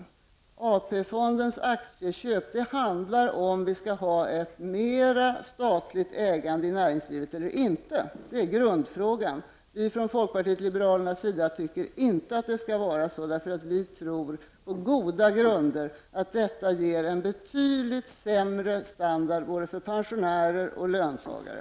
Frågan om AP fondens aktieköp handlar om vi skall ha mer statligt ägande inom näringslivet eller inte. Det är grundfrågan. Vi i folkpartiet liberalerna anser inte att det skall vara mer statligt ägande. Vi tror på goda grunder att detta ger en betydligt sämre standard för både pensionärer och löntagare.